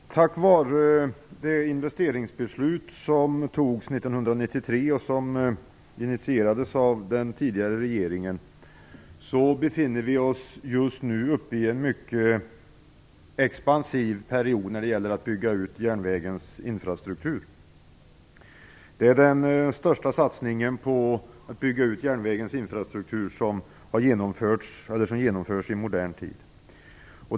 Herr talman! Tack vare det investeringsbeslut som fattades 1993 och som initierades av den föregående regeringen befinner vi oss nu uppe i en mycket expansiv period när det gäller utbyggnaden av järnvägens infrastruktur. Det är den största satsningen för att bygga ut järnvägens infrastruktur som har genomförts i modern tid.